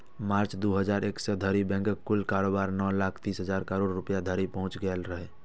मार्च, दू हजार इकैस धरि बैंकक कुल कारोबार नौ लाख तीस हजार करोड़ रुपैया धरि पहुंच गेल रहै